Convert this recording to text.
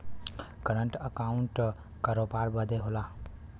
current account करोबार बदे होला